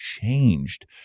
changed